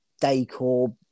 decor